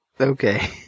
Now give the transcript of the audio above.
Okay